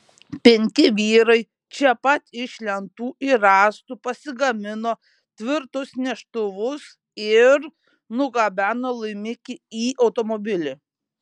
penki vyrai čia pat iš lentų ir rąstų pasigamino tvirtus neštuvus ir nugabeno laimikį į automobilį